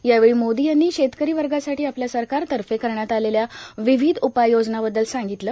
यावेळी मोदी यांनी शेतकरी वर्गासाठी आपल्या सरकारतर्फे करण्यात आलेल्या विविध उपाययोजनांबद्दल सांगितलं